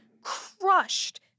crushed